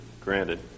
granted